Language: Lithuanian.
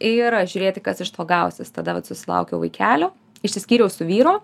ir žiūrėti kas iš to gausis tada vat susilaukiau vaikelio išsiskyriau su vyru